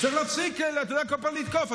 צריך להפסיק כל פעם לתקוף.